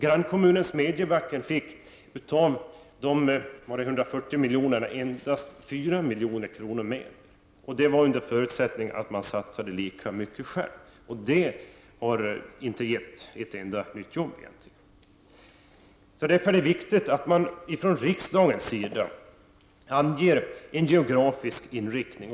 Grannkommunen Smedjebacken fick endast 4 milj.kr. av de aktuella 140 miljonerna. Det var under förutsättning att man satsade lika mycket själv. Det har inte gett ett enda nytt jobb. Därför är det viktigt att riksdagen anger en geografisk inriktning.